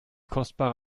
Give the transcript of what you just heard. kostbare